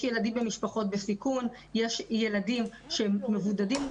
יש ילדים במשפחות בסיכון, יש ילדים שהם מבודדים.